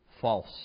false